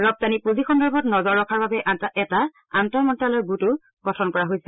ৰপ্তানি পুঁজি সন্দৰ্ভত নজৰ ৰখাৰ বাবে এটা আন্তঃ মন্ত্ৰ্যালয় গোটো গঠন কৰা হৈছে